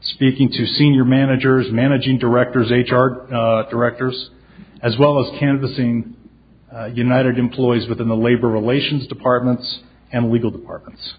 speaking to senior managers managing directors h r directors as well as canvassing united employees within the labor relations departments and legal departments